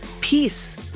peace